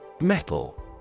Metal